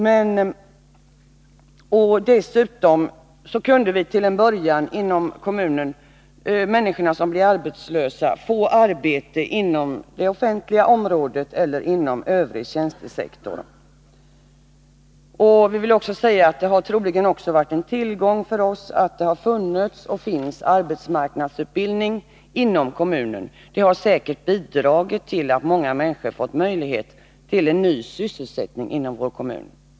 Dessutom var det så att de människor som blev arbetslösa kunde få arbete inom det offentliga området eller inom övrig tjänstesektor i kommunen. Det har troligen också varit en tillgång för oss att det har funnits och finns arbetsmarknadsutbildning inom kommunen. Det har säkert bidragit till att många människor fått möjlighet till ny sysselsättning inom vår kommun.